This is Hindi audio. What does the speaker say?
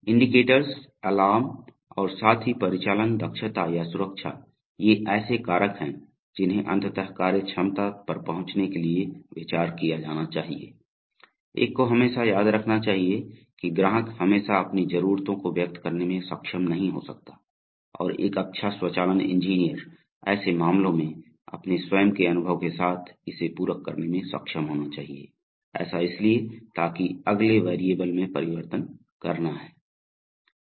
इंडीकेटर्स अलार्म और साथ ही परिचालन दक्षता या सुरक्षा ये ऐसे कारक हैं जिन्हें अंततः कार्यक्षमता पर पहुंचने के लिए विचार किया जाना चाहिए एक को हमेशा याद रखना चाहिए कि ग्राहक हमेशा अपनी जरूरतों को व्यक्त करने में सक्षम नहीं हो सकता और एक अच्छा स्वचालन इंजीनियर ऐसे मामलों में अपने स्वयं के अनुभव के साथ इसे पूरक करने में सक्षम होना चाहिए ऐसा इसलिए ताकि अगले वेरिएबल में परिवर्तन करना है